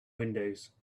windows